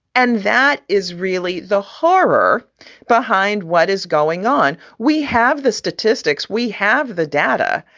and that is really the horror behind what is going on. we have the statistics. we have the data.